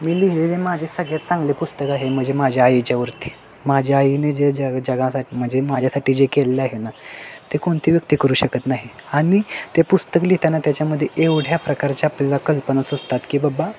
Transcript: विली हे माझे सगळ्यात चांगले पुस्तक आहे म्हणजे माझ्या आईच्यावरती माझ्या आईने जे जग जगासाठी म्हणजे माझ्यासाठी जे केलेलं आहे ना ते कोणती व्यक्ती करू शकत नाही आणि ते पुस्तक लिहिताना त्याच्यामध्ये एवढ्या प्रकारच्या आपल्याला कल्पना सुचतात की बाबा